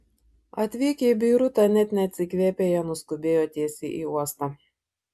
atvykę į beirutą net neatsikvėpę jie nuskubėjo tiesiai į uostą